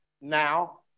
now